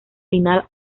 final